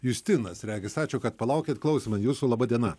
justinas regis ačiū kad palaukėt klausome jūsų laba diena